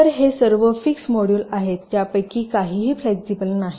तर हे सर्व फिक्स्ड मॉड्यूल आहेत त्यापैकी काहीही फ्लेक्सिबल नाही